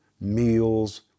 meals